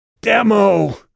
demo